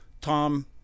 Tom